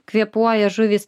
kvėpuoja žuvys